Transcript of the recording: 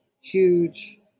huge